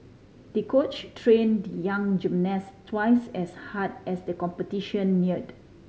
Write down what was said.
the coach train the young gymnast twice as hard as the competition neared